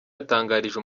yatangarije